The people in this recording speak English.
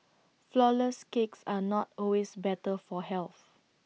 Flourless Cakes are not always better for health